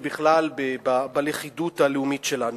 ובכלל בלכידות הלאומית שלנו.